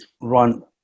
run